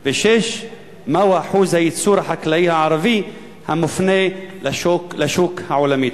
6. מהו אחוז הייצור החקלאי הערבי המופנה לשוק העולמי?